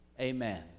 Amen